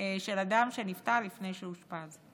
של מי שנפטרו לפני שאושפזו.